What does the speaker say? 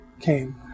came